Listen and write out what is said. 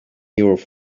your